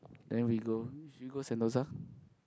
then we go we go Sentosa